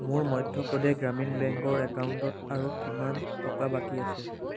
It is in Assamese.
মোৰ মধ্য প্ৰদেশ গ্ৰামীণ বেংকৰ একাউণ্টত আৰু কিমান টকা বাকী আছে